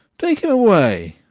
take him away.